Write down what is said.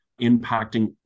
impacting